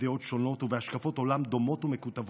דעות שונות ובהשקפות עולם דומות ומקוטבות.